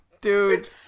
Dude